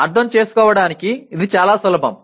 అర్థం చేసుకోవడానికి ఇది చాలా సులభం